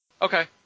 Okay